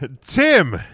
tim